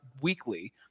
weekly